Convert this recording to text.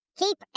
keep